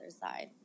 side